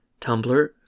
Tumblr